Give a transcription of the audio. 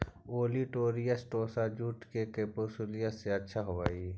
olitorius टोसा jute हई जे केपसुलरिस से अच्छा होवऽ हई